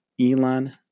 Elon